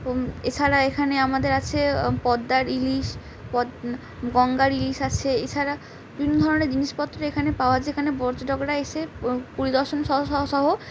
এছাড়া এখানে আমাদের আছে পদ্দার ইলিশ গঙ্গার ইলিশ আছে এছাড়া বিভিন্ন ধরনের জিনিসপত্র এখানে পাওয়া যায় এখানে পরজটক করা এসে পরিদর্শন স স সহ